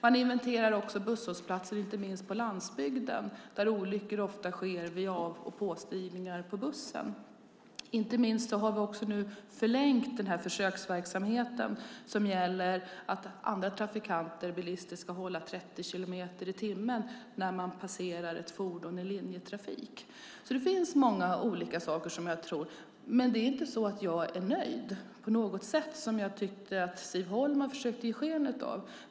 Man inventerar också busshållplatser, inte minst på landsbygden där olyckor ofta sker vid av och påstigningar. Nu har vi också förlängt försöksverksamheten med att andra bilister ska hålla 30 kilometer i timmen när man passerar ett fordon i linjetrafik. Det finns många olika saker, men jag är inte nöjd på något sätt, vilket jag tyckte att Siv Holma försökte ge sken av.